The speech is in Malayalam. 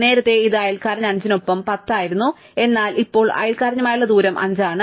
നേരത്തേ ഇത് അയൽക്കാരൻ 5 നൊപ്പം 10 ആയിരുന്നു എന്നാൽ ഇപ്പോൾ അയൽക്കാരനുമായുള്ള ദൂരം 5 ആണ്